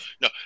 No